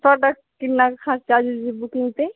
ਤੁਹਾਡਾ ਕਿੰਨਾਂ ਕੁ ਖਰਚਾ ਆ ਜੂ ਜੀ ਬੁਕਿੰਗ 'ਤੇ